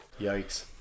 Yikes